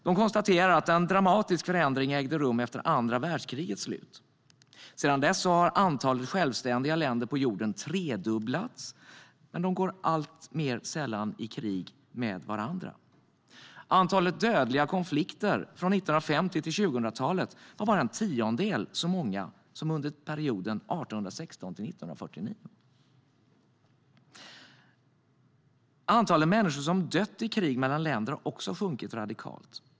De konstaterar att en dramatisk förändring ägde rum efter andra världskrigets slut. Sedan dess har antalet självständiga länder på jorden tredubblats, men de går alltmer sällan i krig med varandra. Antalet dödliga konflikter från 1950-talet till 2000-talet var bara en tiondel så många som under perioden 1816-1949. Antalet människor som dött i krig mellan länder har också sjunkit radikalt.